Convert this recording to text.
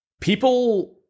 people